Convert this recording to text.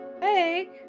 Hey